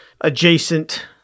adjacent